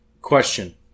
Question